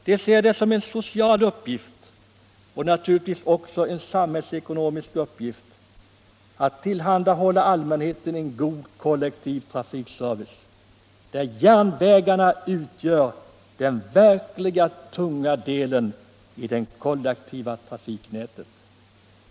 Man ser det som en social uppgift och naturligtvis också som en samhällsekonomisk uppgift att tillhandahålla allmänheten en god kollektiv trafikservice där järnvägarna utgör den verkligt tunga delen i det kollektiva trafiknätet.